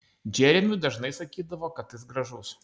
džeremiui dažnai sakydavo kad jis gražus